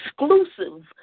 exclusive